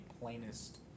plainest